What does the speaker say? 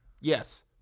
yes